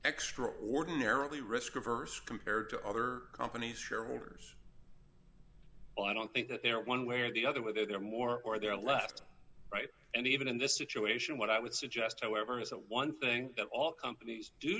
extraordinarily risk averse compared to other companies shareholders i don't think they're one way or the other whether they're more or they're left right and even in this situation what i would suggest however is that one thing that all companies do